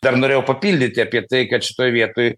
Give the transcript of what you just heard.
dar norėjau papildyti apie tai kad šitoj vietoj